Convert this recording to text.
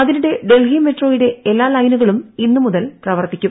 അതിനിടെ ഡൽഹി മെട്രോയുടെ എല്ലാ ലൈനുകളും ഇന്ന് മുതൽ പ്രവർത്തിക്കും